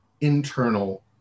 internal